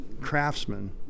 craftsmen